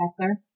Professor